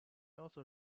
also